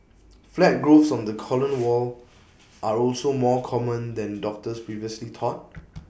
flat growths on the colon wall are also more common than doctors previously thought